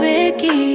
Ricky